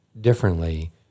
differently